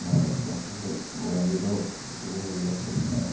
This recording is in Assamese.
মোৰ আটাইতকৈ আচলতে গৌৰৱান্বিত যিটো হেৰি আছিল